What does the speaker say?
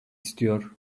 istiyor